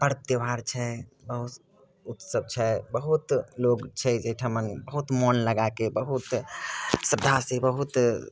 पर्व त्योहार छै बहुत उत्सव छै बहुत लोक छै जे एहिठाम बहुत मोन लगाकऽ बहुत श्रद्धासँ बहुत